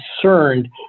concerned